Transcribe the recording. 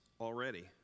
already